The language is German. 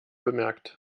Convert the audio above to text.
bemerkt